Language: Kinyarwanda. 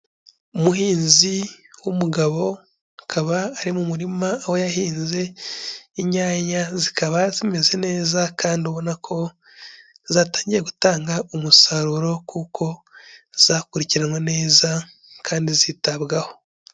Umuhinzi w'umugabo akaba ari mu murima, aho yahinze inyanya zikaba zimeze neza, kandi ubona ko zatangiye gutanga umusaruro, kuko zakurikiranwe neza kandi zitabwaho.